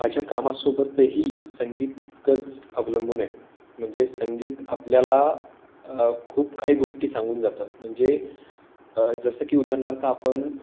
माझ्या कामासोबतही संगीत तितकंच अवलंबून आहे म्हणजे संगीत आपल्याला खूप काही गोष्टी सांगून जातं म्हणजे जसं की उदाहरणार्थ आपण